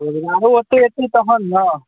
ओते होयतै तहन ने